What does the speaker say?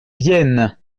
viennent